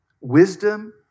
wisdom